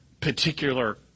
particular